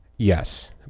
Yes